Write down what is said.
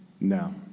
no